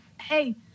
Hey